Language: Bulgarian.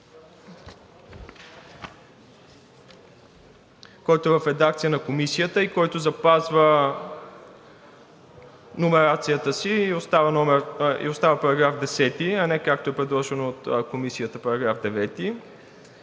който е в редакция на Комисията и който запазва номерацията си и остава § 10, а не както е предложено от Комисията –§ 9;